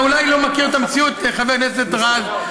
אתה אולי לא מכיר את המציאות, חבר הכנסת רז,